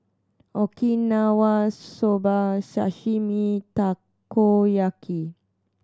Okinawa Soba Sashimi Takoyaki